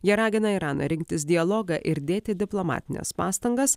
jie ragina iraną rinktis dialogą ir dėti diplomatines pastangas